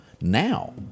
Now